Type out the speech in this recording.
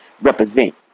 Represent